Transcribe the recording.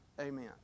amen